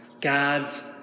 God's